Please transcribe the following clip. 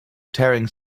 tearing